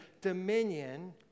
dominion